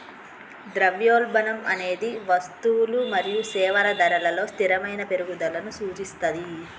ద్రవ్యోల్బణం అనేది వస్తువులు మరియు సేవల ధరలలో స్థిరమైన పెరుగుదలను సూచిస్తది